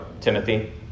Timothy